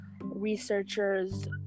researchers